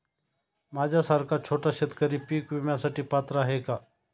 माझ्यासारखा छोटा शेतकरी पीक विम्यासाठी पात्र आहे का?